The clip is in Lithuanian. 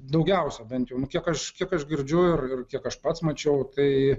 daugiausia bent jau aš kiek aš girdžiu ir kiek aš pats mačiau tai